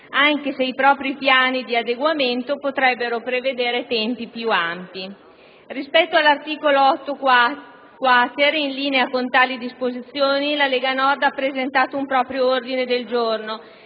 anche se i propri piani di adeguamento potrebbero prevedere tempi più lunghi. Rispetto all'articolo 8-*quater*, in linea con tali disposizioni la Lega Nord ha presentato un proprio ordine del giorno,